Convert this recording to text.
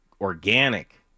organic